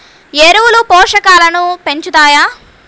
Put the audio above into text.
ఎరువులు పోషకాలను పెంచుతాయా?